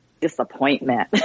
disappointment